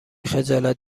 خجالت